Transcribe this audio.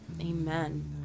amen